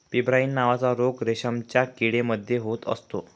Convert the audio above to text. pebrine नावाचा रोग रेशमाच्या किडे मध्ये होत असतो